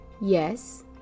Yes